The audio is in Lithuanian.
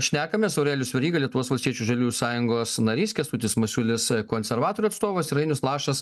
šnekamės aurelijus veryga lietuvos valstiečių žaliųjų sąjungos narys kęstutis masiulis konservatorių atstovas ir ainius lašas